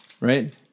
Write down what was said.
right